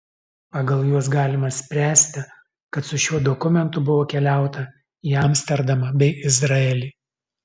pagal juos galima spręsti kad su šiuo dokumentu buvo keliauta į amsterdamą bei izraelį